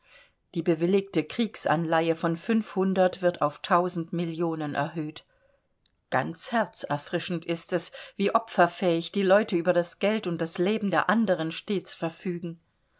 die bewilligte kriegsanleihe von fünfhundert wird auf tausend millionen erhöht ganz herzerfrischend ist es wie opferfähig die leute über das geld und das leben der anderen stets verfügen